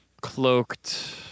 cloaked